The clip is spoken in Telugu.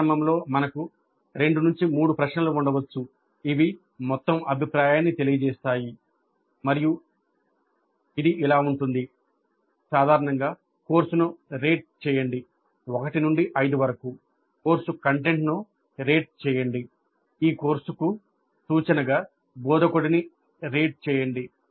ప్రారంభంలో మనకు 2 3 ప్రశ్నలు ఉండవచ్చు ఇవి మొత్తం అభిప్రాయాన్ని తెలియజేస్తాయి మరియు ఇది ఇలా ఉంటుంది సాధారణంగా కోర్సును రేట్ చేయండి 1 నుండి 5 వరకు కోర్సు కంటెంట్ను రేట్ చేయండి ఈ కోర్సుకు సూచనగా బోధకుడిని రేట్ చేయండి